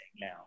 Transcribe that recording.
now